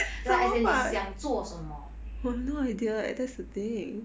like as in 你想做什么